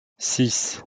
six